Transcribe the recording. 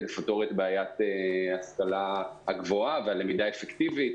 לפתור את בעיית ההשכלה הגבוהה והלמידה האפקטיבית,